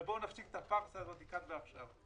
אז בואו נפסיק את הפארסה הזאת כאן ועכשיו.